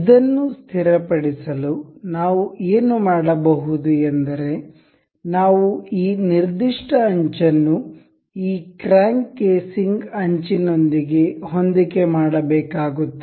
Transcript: ಇದನ್ನು ಸ್ಥಿರಪಡಿಸಲು ನಾವು ಏನು ಮಾಡಬಹುದು ಎಂದರೆ ನಾವು ಈ ನಿರ್ದಿಷ್ಟ ಅಂಚನ್ನು ಈ ಕ್ರ್ಯಾಂಕ್ ಕೇಸಿಂಗ್ ಅಂಚಿನೊಂದಿಗೆ ಹೊಂದಿಕೆ ಮಾಡಬೇಕಾಗುತ್ತದೆ